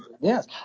Yes